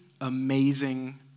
amazing